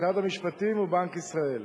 משרד המשפטים ובנק ישראל.